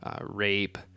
rape